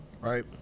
Right